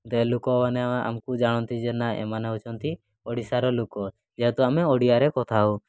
ଏ ଲୋକମାନେ ଆମକୁ ଜାଣନ୍ତି ଯେ ନା ଏମାନେ ହେଉଛନ୍ତି ଓଡ଼ିଶାର ଲୋକ ଯେହେତୁ ଆମେ ଓଡ଼ିଆରେ କଥା ହେଉ